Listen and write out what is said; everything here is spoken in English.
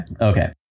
Okay